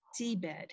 seabed